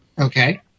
Okay